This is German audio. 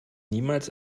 niemals